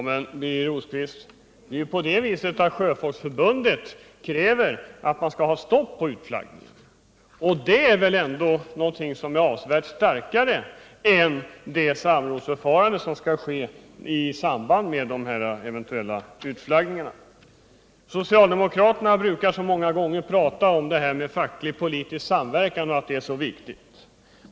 Herr talman! Men Sjöfolksförbundet kräver stopp för utflaggningen! Det är väl ändå någonting avsevärt starkare än det samrådsförfarande som stadgas i samband med utflaggningen! Socialdemokraterna brukar ofta prata om att facklig-politisk samverkan är så viktig.